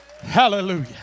Hallelujah